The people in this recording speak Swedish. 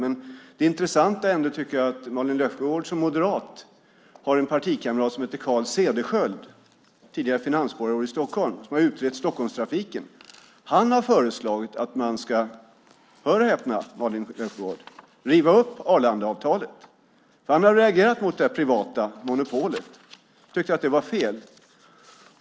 Men jag tycker ändå att det är intressant att Malin Löfsjögård som moderat har en partikamrat som heter Carl Cederschiöld. Han var tidigare finansborgarråd i Stockholm och har utrett Stockholmstrafiken. Han har föreslagit att man ska - hör och häpna, Malin Löfsjögård - riva upp Arlandaavtalet. Han har reagerat mot det privata monopolet och tyckt att det var fel.